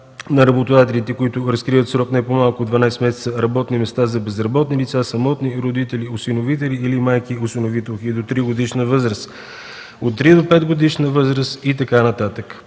на работодателите, които разкрият в срок не по-малко от 12 месеца работни места за безработни лица, самотни родители, осиновители или майки-осиновителки до тригодишна възраст, от три до петгодишна възраст и така нататък.